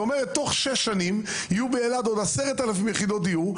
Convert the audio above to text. כלומר תוך שש שנים יהיו באלעד עוד 10,000 יחידות דיור,